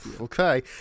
okay